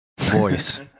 voice